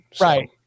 Right